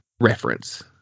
reference